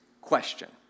question